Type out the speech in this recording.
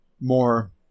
more